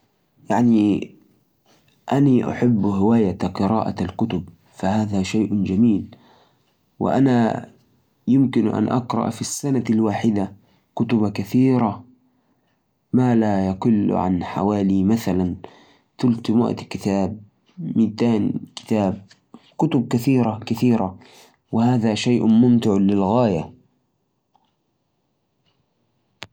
عدد الكتب اللي اقرأها كل عام يتفاوت لكني اقرأ عدد الكتب أما بالنسبة لعدد الكتب اللي قرأتها خلال حياتي ففيها جميع المجالات منها الرياضة والتنمية الذاتيه والأعمال أعتقد انه ممكن يكون